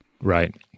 Right